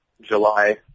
July